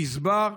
גזבר,